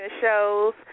shows